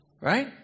right